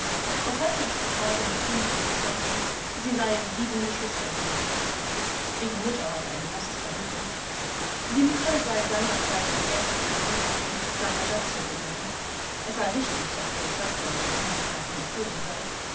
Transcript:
auf weiteres befragen bekundete die zeugin sie seien sieben geschwister gewesen ihre mutter hatte ein großes vermögen die mutter sei seinerzeit auf ärztliches anraten nach ajaccio gegangen es sei richtig daß ihre schwester mit dem angeklagten geflohen sei